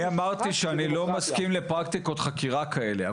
אמרתי שאני לא מסכים לפרקטיקות חקירה כאלה.